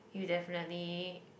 you definitely